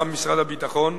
גם משרד הביטחון,